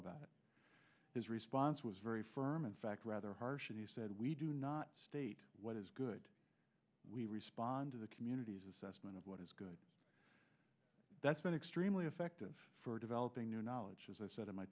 about his response was very firm in fact rather harsh and he said we do not state what is good we respond to the community's assessment of what is good that's been extremely effective for developing new knowledge as i said in my